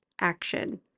action